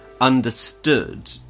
understood